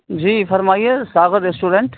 جی فرمائیے ساگر ریسٹورینٹ